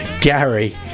Gary